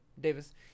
Davis